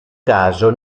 caso